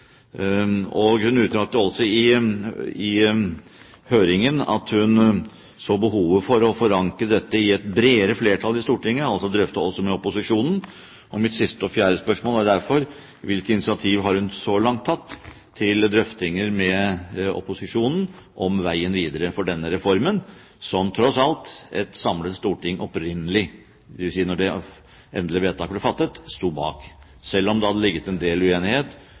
Hun uttalte også i høringen at hun så behovet for å forankre dette i et bredere flertall i Stortinget, altså drøfte det også med opposisjonen. Mitt siste og fjerde spørsmål er derfor: Hvilke initiativ har hun så langt tatt til drøftinger med opposisjonen om veien videre for denne reformen, som tross alt et samlet storting opprinnelig, dvs. da det endelige vedtaket ble fattet, sto bak, selv om det hadde vært en del uenighet